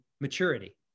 maturity